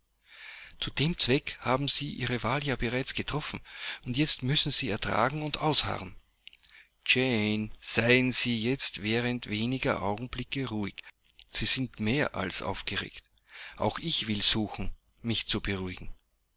zu dem zweck haben sie ihre wahl ja bereits getroffen und jetzt müssen sie ertragen und ausharren jane seien sie jetzt während weniger augenblicke ruhig sie sind mehr als aufgeregt auch ich will suchen mich zu beruhigen